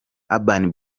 urban